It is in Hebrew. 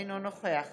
אינו נוכח